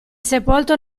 sepolto